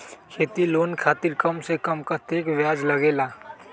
खेती लोन खातीर कम से कम कतेक ब्याज लगेला?